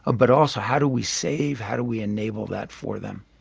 ah but also, how do we save? how do we enable that for them?